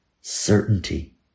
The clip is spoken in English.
Certainty